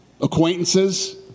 acquaintances